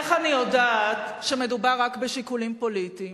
איך אני יודעת שמדובר רק בשיקולים פוליטיים?